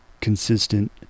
consistent